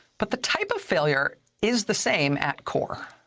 but the type of failure is the same at core.